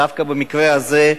דווקא במקרה הזה,